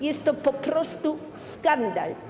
Jest to po prostu skandal.